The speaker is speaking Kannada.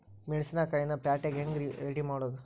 ಮೆಣಸಿನಕಾಯಿನ ಪ್ಯಾಟಿಗೆ ಹ್ಯಾಂಗ್ ರೇ ರೆಡಿಮಾಡೋದು?